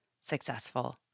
successful